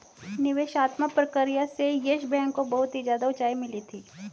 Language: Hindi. निवेशात्मक प्रक्रिया से येस बैंक को बहुत ही ज्यादा उंचाई मिली थी